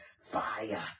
fire